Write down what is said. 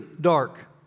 dark